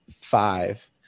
five